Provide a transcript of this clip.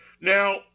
Now